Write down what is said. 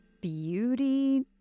beauty